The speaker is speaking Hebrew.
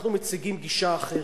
אנחנו מציגים גישה אחרת.